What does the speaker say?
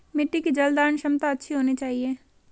मिट्टी की जलधारण क्षमता अच्छी होनी चाहिए